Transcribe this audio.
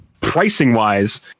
pricing-wise